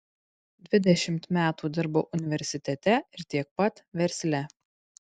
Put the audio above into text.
dvidešimt metų dirbau universitete ir tiek pat versle